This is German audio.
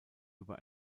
über